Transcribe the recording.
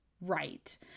right